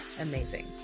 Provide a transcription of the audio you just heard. amazing